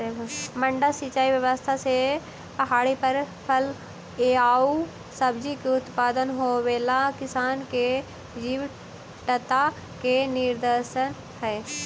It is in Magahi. मड्डा सिंचाई व्यवस्था से पहाड़ी पर फल एआउ सब्जि के उत्पादन होवेला किसान के जीवटता के निदर्शन हइ